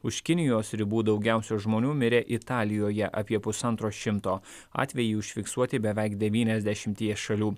už kinijos ribų daugiausiai žmonių mirė italijoje apie pusantro šimto atvejai užfiksuoti beveik devyniasdešimtyje šalių